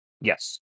yes